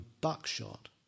buckshot